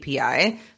API